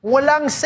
Walang